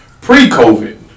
pre-COVID